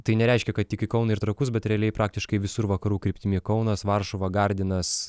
tai nereiškia kad tik į kauną ir trakus bet realiai praktiškai visur vakarų kryptimi kaunas varšuva gardinas